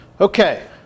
Okay